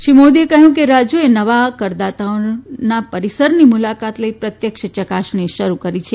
શ્રી મોદીએ કહ્યું કે રાજ્યોએ નવા કરદાતોના પરિસરની મુલાકાત લઇ પ્રત્યક્ષ ચકાસણી શરૂ કરી છે